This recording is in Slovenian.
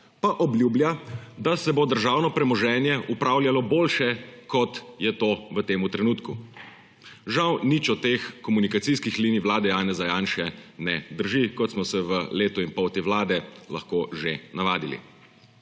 pa obljublja, da se bo državno premoženje upravljalo boljše, kot je to v tem trenutku. Žal, nič od teh komunikacijskih linij vlade Janeza Janše ne drži, kot smo se v letu in pol te vlade lahko že navadili.